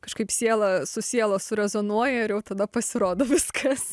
kažkaip siela su siela surezonuoja ir jau tada pasirodo viskas